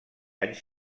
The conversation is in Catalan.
anys